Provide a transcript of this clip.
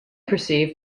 perceived